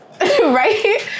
Right